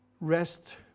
rest